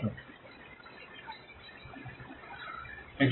ছাত্র কেন আলাদা আছে